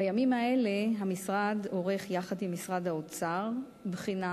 בימים האלה המשרד עורך, יחד עם משרד האוצר, בחינה